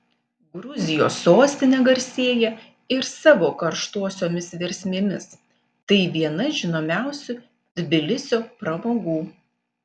gruzijos sostinė garsėja ir savo karštosiomis versmėmis tai viena žinomiausių tbilisio pramogų